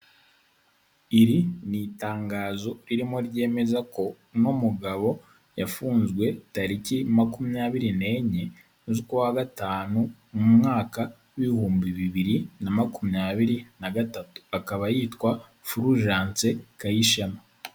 Iri ni itangazo ririmo ryemeza ko uno mugabo yafunzwe tariki makumyabiri n'enye z'ukwa gatanu mu mwaka w'ibihumbi bibiri na makumyabiri na gatatu, akaba yitwa Fulgence Kayishema.